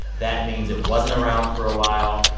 that means it wasn't around for a while.